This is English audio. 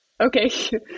okay